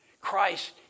Christ